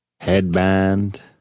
headband